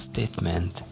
statement